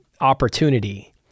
opportunity